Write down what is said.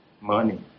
money